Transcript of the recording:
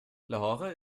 lahore